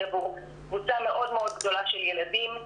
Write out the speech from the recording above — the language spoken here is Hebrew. עבור קבוצה מאוד מאוד גדולה של ילדים.